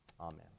Amen